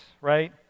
right